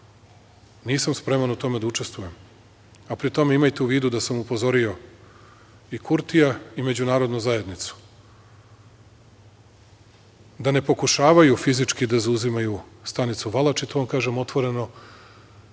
nisam spreman u tome da učestvujem, a pri tom imajte u vidu da sam upozorio i Kurtija i Međunarodnu zajednicu da ne pokušavaju fizički da zauzimaju stanicu Valač, i to vam kažem otvoreno,